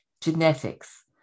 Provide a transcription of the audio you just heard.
genetics